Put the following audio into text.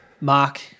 Mark